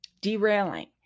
derailing